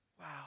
wow